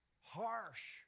harsh